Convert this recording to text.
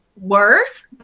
worse